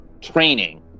training